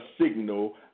signal